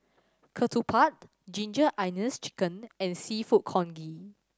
ketupat Ginger Onions Chicken and Seafood Congee